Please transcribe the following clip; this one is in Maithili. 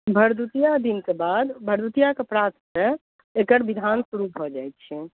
भरदुतिआ दिनके बाद भरदुतिआके प्रातसँ एकर बिधान शुरू भऽ जाइ छै